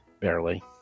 Barely